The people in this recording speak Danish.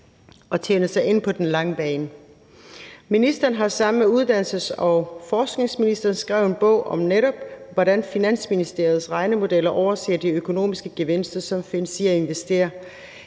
og tjene sig ind på den lange bane. Ministeren har sammen med uddannelses- og forskningsministeren skrevet en bog om, netop hvordan Finansministeriets regnemodeller overser de økonomiske gevinster, som findes i at investere